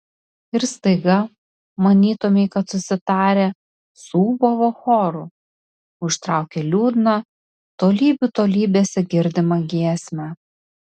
ir staiga manytumei kad susitarę suūbavo choru užtraukė liūdną tolybių tolybėse girdimą giesmę